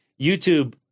YouTube